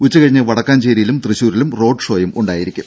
ഉച്ച കഴിഞ്ഞ് വടക്കാഞ്ചേരിയിലും തൃശൂരിലും റോഡ് ഷോയും ഉണ്ടായിരിക്കും